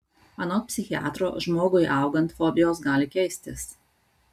anot psichiatro žmogui augant fobijos gali keistis